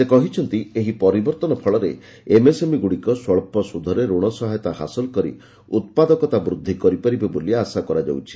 ସେ କହିଛନ୍ତି ଏହି ପରିବର୍ତ୍ତନ ଫଳରେ ଏମ୍ଏସ୍ଏମ୍ଇଗୁଡ଼ିକ ସ୍ୱଳ୍ପ ସୁଧରେ ଋଣ ସହାୟତା ହାସଲ କରି ଉତ୍ପାଦକତା ବୃଦ୍ଧି କରିପାରିବେ ବୋଲି ଆଶା କରାଯାଉଛି